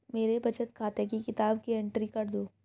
मेरे बचत खाते की किताब की एंट्री कर दो?